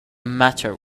matter